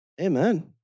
Amen